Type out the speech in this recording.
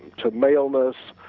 to maleness,